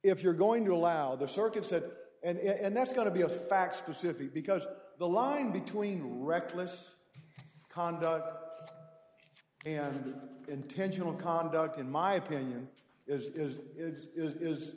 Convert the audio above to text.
if you're going to allow the circuit said and that's got to be a fact specific because the line between reckless conduct and intentional conduct in my opinion is is is is i